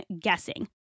guessing